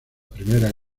primera